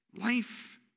Life